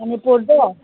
ꯃꯅꯤꯄꯨꯔꯗꯣ